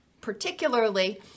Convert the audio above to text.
particularly